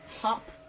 hop